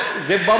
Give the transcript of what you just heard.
לא זה מה שאמרתי.